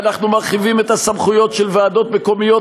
ואנחנו מרחיבים את הסמכויות של ועדות מקומיות